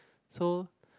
so